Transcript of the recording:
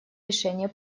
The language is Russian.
решение